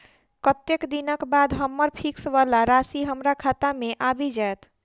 कत्तेक दिनक बाद हम्मर फिक्स वला राशि हमरा खाता मे आबि जैत?